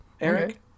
Eric